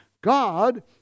God